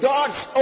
God's